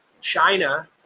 China